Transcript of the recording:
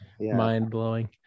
mind-blowing